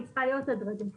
היא צריכה להיות הדרגתית